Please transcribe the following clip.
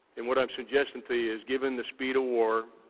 and, what i'm suggesting to you is given the speed of war,